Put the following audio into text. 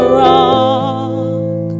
rock